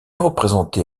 représenté